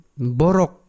borok